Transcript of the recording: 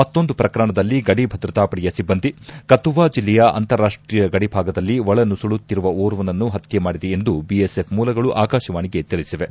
ಮತ್ನೊಂದು ಪ್ರಕರಣದಲ್ಲಿ ಗಡಿಭದ್ರತಾ ಪಡೆಯ ಸಿಬ್ಲಂದಿ ಕತುವಾ ಜಿಲ್ಲೆಯ ಅಂತಾರಾಷ್ಟೀಯ ಗಡಿಭಾಗದಲ್ಲಿ ಒಳನುಸುಳುತ್ತಿರುವ ಓರ್ವನನ್ನು ಹತ್ಯೆ ಮಾಡಿದೆ ಎಂದು ಬಿಎಸ್ಎಫ್ ಮೂಲಗಳು ಆಕಾಶವಾಣಿಗೆ ತಿಳಿಸಿವೆ